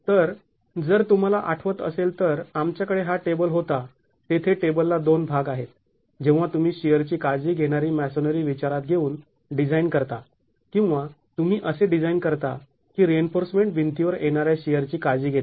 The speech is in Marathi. तर जर तुम्हाला आठवत असेल तर आमच्याकडे हा टेबल होता तेथे टेबलला दोन भाग आहेत जेव्हा तुम्ही शिअरची काळजी घेणारी मॅसोनरी विचारात घेऊन डिझाईन करता किंवा तुम्ही असे डिझाईन करता की रिइन्फोर्समेंट भिंतीवर येणाऱ्या शिअरची काळजी घेते